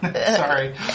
Sorry